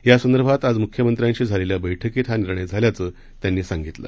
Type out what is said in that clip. यासंदर्भात आज मुख्यमंत्र्यांशी झालेल्या बैठकीत हा निर्णय झाल्याचं त्यांनी सांगितलं